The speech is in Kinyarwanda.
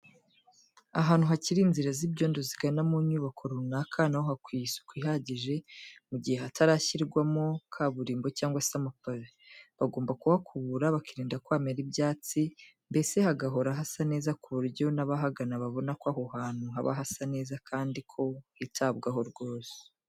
Ahantu hakiri inzira z'ibyondo zigana mu nyubako runaka na ho hakwiye isuku ihagije mu gihe hatarashyirwamo kaburimbo cyangwa se amapave, bagomba kuhakubura bakirinda ko hamera ibyatsi mbese hagahora hasa neza ku buryo n'abahagana babona ko aho hantu haba hasa neza kandi ko hitabwaho rwose.